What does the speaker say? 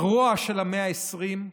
הרוע של המאה ה-20,